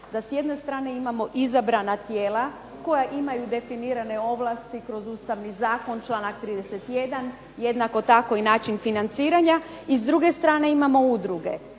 da s jedne strane imamo izabrana tijela koja imaju definirane ovlasti kroz Ustavni zakon članak 31. Jednako tako i način financiranja i s druge strane imamo udruge.